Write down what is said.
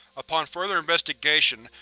upon further investigation,